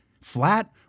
flat